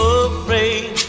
afraid